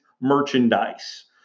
merchandise